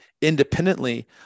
independently